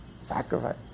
sacrifice